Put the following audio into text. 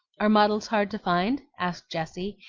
are models hard to find? asked jessie,